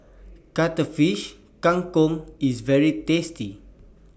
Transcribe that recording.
Cuttlefish Kang Kong IS very tasty